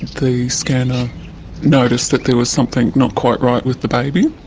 the scanner noticed that there was something not quite right with the baby.